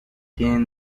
tienen